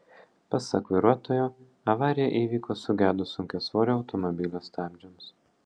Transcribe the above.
pasak vairuotojo avarija įvyko sugedus sunkiasvorio automobilio stabdžiams